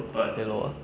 halo ah